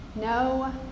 No